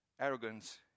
arrogance